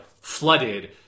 flooded